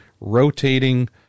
rotating